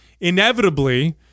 Inevitably